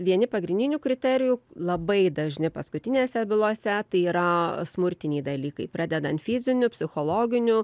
vieni pagrindinių kriterijų labai dažni paskutinėse bylose tai yra smurtiniai dalykai pradedant fiziniu psichologiniu